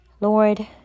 Lord